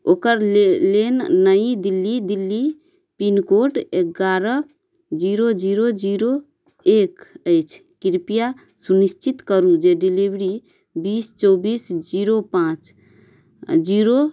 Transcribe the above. ओकलेन Nai Delhi Delhi pincode एगारह zero zero zero एक अछि कृपया सुनिश्चित करू जे डिलिवरी बीस चौबिस जीरो पाँच जीरो